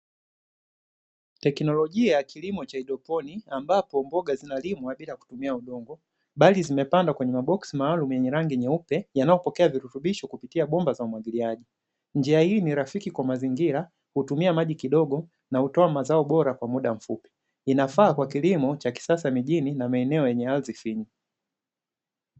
Teknolojia ya kilimo cha haidroponi, ambapo mboga zinalimwa bila kutumia udongo; bali zimepandwa kwenye maboksi maalumu yenye rangi nyeupe yanayopokea virutubisho kupitia bomba za umwagiliaji. Njia hii ni rafiki kwa mazingira, hutumia maji kidogo na hutoa mazao bora kwa muda mfupi. Inafaa kwa kilimo cha kisasa mijini na maeneo yenye ardhi finyu.